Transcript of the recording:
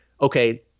okay